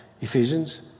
Ephesians